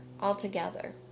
altogether